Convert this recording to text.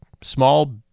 small